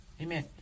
Amen